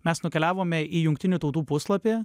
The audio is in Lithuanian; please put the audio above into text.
mes nukeliavome į jungtinių tautų puslapį